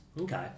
Okay